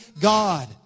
God